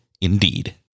Indeed